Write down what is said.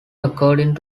according